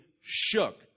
shook